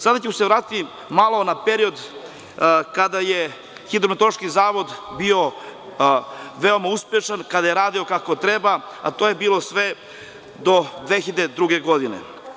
Sada ću se vratiti malo na period kada je RHMZ bio veoma uspešan, kada je radio kako treba, a to je bilo sve do 2002. godine.